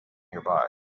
nearby